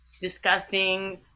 disgusting